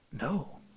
No